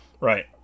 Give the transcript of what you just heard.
Right